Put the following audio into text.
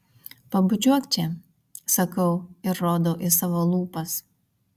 pabučiuok čia sakau ir rodau į savo lūpas